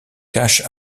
cache